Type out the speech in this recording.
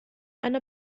eine